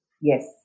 Yes